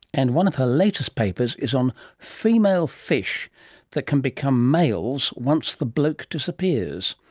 and one of her latest papers is on female fish that can become males once the bloke disappears.